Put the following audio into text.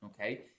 okay